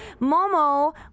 Momo